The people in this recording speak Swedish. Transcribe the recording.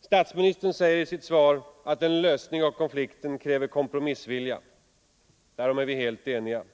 Statsministern säger i sitt svar att en lösning av konflikten kräver kompromissvilja. Därom är vi helt eniga.